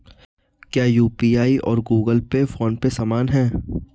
क्या यू.पी.आई और Google Pay PhonePe समान हैं?